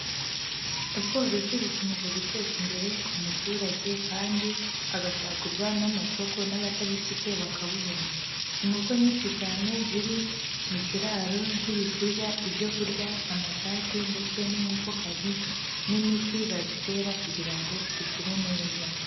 Ubworozi bukomeje guteza imbere umuturage kandi agasagurira n'amasoko n'abatabifite bakabubona. Inkoko nyinshi cyane ziri mu kiraro ziri kurya ibyo kurya amasake ndetse n'inkokokazi n'imiti bazitera kugira ngo zikure neza.